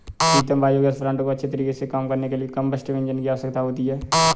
प्रीतम biogas plant को अच्छे तरीके से काम करने के लिए कंबस्टिव इंजन की आवश्यकता होती है